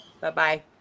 Bye-bye